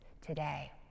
today